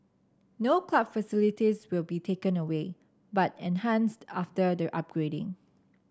no club facilities will be taken away but enhanced after the upgrading